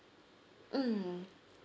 mm